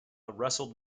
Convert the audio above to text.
wrestled